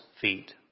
feet